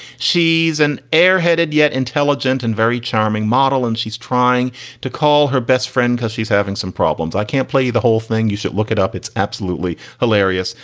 she's an airheaded yet intelligent and very charming model. and she's trying to call. our best friend, because she's having some problems. i can't play the whole thing. you should look it up. it's absolutely hilarious.